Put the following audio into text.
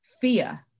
fear